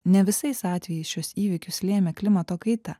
ne visais atvejais šiuos įvykius lėmė klimato kaita